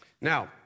Now